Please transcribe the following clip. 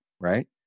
right